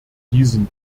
diesen